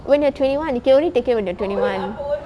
when you're twenty one you can only take it when you're twenty one